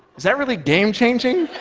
that really game-changing?